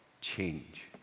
change